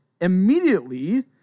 immediately